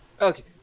Okay